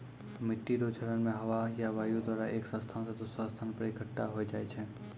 मिट्टी रो क्षरण मे हवा या वायु द्वारा एक स्थान से दोसरो स्थान पर इकट्ठा होय जाय छै